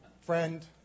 friend